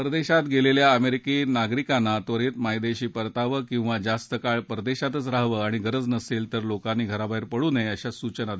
परदेशात गेलेल्या अमेरिकी नागरिकांना त्वरीत मायदेशी परतावं किंवा जास्त काळ परदेशातच रहावं आणि गरज नसेल तर लोकांनी घराबाहेर पडू नये अशाही सूचना दिल्या आहेत